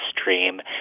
stream